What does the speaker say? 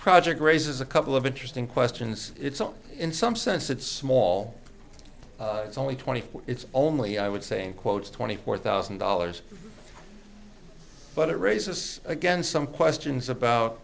project raises a couple of interesting questions in some sense it's small it's only twenty four it's only i would say in quotes twenty four thousand dollars but it raises again some questions about